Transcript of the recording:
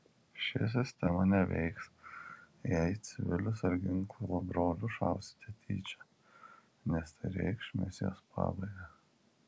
ši sistema neveiks jei į civilius ar ginklo brolius šausite tyčia nes tai reikš misijos pabaigą